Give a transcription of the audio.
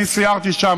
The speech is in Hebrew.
אני סיירתי שם,